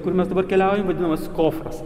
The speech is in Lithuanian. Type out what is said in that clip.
kur mes dabar keliaujam vadinamas kofras